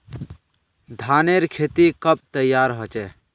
धानेर खेती कब तैयार होचे?